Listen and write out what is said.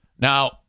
Now